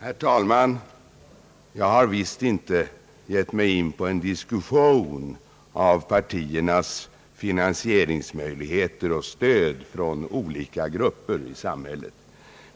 Herr talman! Jag har visst inte gett mig in på en diskussion av partiernas finansieringsmöjligheter och stöd från olika grupper i samhället.